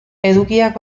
edukiak